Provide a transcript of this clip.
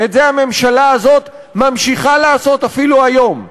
את זה הממשלה הזאת ממשיכה לעשות אפילו היום.